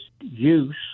use